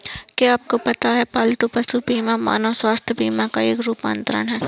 क्या आपको पता है पालतू पशु बीमा मानव स्वास्थ्य बीमा का एक रूपांतर है?